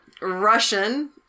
Russian